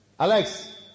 Alex